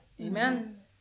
Amen